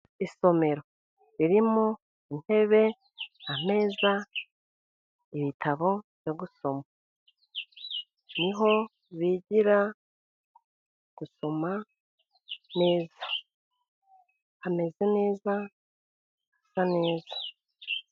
Isomero ririmo intebe, ameza, ibitabo byo gusoma niho bigira gusoma neza. Hameze neza hasa neza.